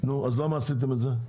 אז למה עשיתם את זה?